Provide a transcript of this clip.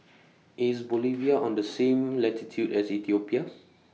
IS Bolivia on The same latitude as Ethiopia